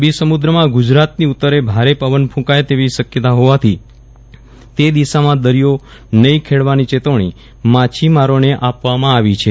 અરબી સમુદ્રમાં ગુજરાતની ઉત્તરે ભારે પવન ફ્રંકાય તેવી શકયતા હોવાથી તે દિશામાં દરિયો નહિં ખેડવાની ચેતવણી માછીમારોને આપવામાં આવી છે